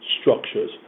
structures